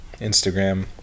Instagram